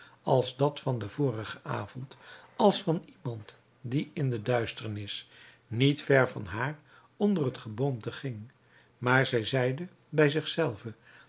als dat van den vorigen avond als van iemand die in de duisternis niet ver van haar onder het geboomte ging maar zij zeide bij